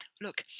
look